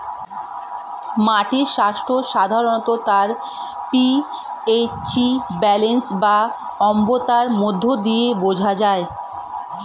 মাটির স্বাস্থ্য সাধারণত তার পি.এইচ ব্যালেন্স বা অম্লতার মধ্য দিয়ে বোঝা যায়